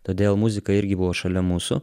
todėl muzika irgi buvo šalia mūsų